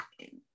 okay